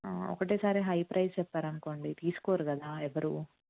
ఒకటేసారి high price చెప్పారనుకోండి తీసుకోరు కదా ఎవ్వరూ